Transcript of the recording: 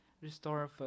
restore